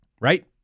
right